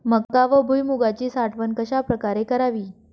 मका व भुईमूगाची साठवण कशाप्रकारे करावी?